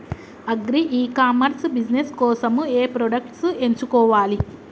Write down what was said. Agri e commerce business కోసము ఏ products ఎంచుకోవాలి?